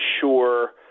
sure